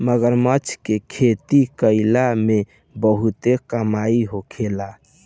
मगरमच्छ के खेती कईला में बहुते कमाई होखेला